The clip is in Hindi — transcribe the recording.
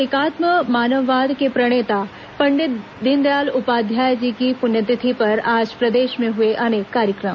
एकात्म मानववाद के प्रणेता पंडित दीनदयाल उपाध्याय जी की पुण्यतिथि पर आज प्रदेश में हुए अनेक कार्यक्रम